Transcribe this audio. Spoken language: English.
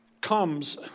comes